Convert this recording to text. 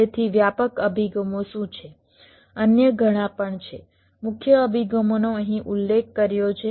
તેથી વ્યાપક અભિગમો શું છે અન્ય ઘણા પણ છે મુખ્ય અભિગમોનો અહીં ઉલ્લેખ કર્યો છે